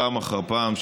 פעם אחר פעם,